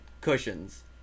cushions